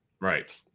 right